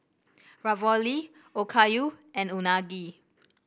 Ravioli Okayu and Unagi